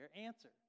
answer